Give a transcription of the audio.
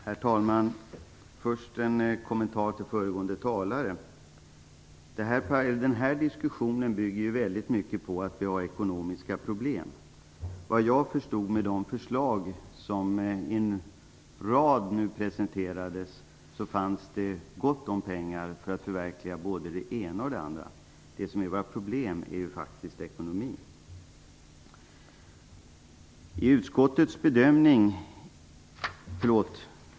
Herr talman! Jag har först en kommentar till föregående talare. Den här diskussionen bygger väldigt mycket på att vi har ekonomiska problem. Såvitt jag förstod av de förslag som presenterades förutsattes det att det fanns gott om pengar för att förverkliga både det ena och det andra. Det som är vårt problem är ju faktiskt ekonomin.